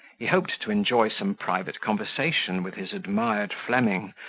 he hoped to enjoy some private conversation with his admired fleming,